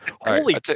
Holy